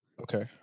Okay